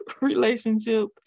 relationship